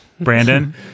brandon